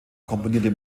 komponiert